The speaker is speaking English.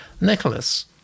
Nicholas